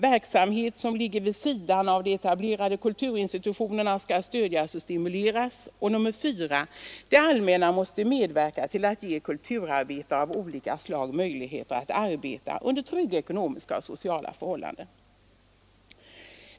Verksamheter som ligger vid sidan av de etablerade kulturinstitutionerna skall stödjas och stimuleras. 4. Det allmänna måste medverka till att ge kulturarbetare av olika slag möjligheter att arbeta under trygga ekonomiska och sociala förhållanden.